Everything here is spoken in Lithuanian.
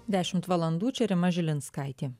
dešimt valandų čia rima žilinskaitė